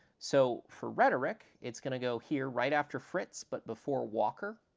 so, for rhetoric, it's going to go here, right after fritz but before walker.